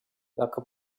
welke